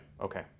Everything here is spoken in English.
okay